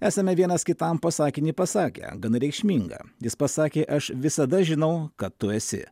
esame vienas kitam po sakinį pasakę gana reikšminga jis pasakė aš visada žinau kad tu esi